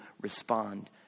respond